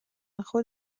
خود